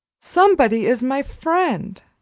somebody is my friend.